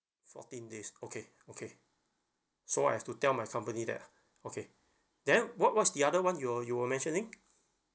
fourteen days okay okay so I have to tell my company that ah okay then what what's the other one you're you were mentioning